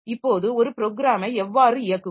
இப்போது ஒரு ப்ரோக்ராமை எவ்வாறு இயக்குவது